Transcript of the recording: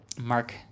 Mark